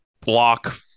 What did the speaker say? block